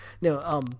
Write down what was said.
No